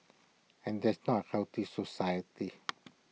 and that's not A healthy society